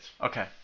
Okay